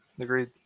agreed